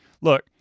Look